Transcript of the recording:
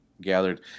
gathered